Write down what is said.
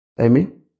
Amen